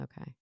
Okay